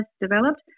developed